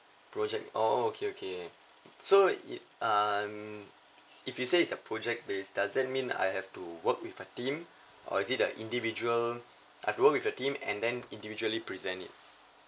project oh okay okay so it and if you say it's a project based does that mean I have to work with a team or is it the individual I've to work with the team and then individually present it